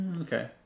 okay